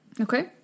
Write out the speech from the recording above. Okay